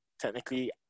technically